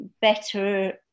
better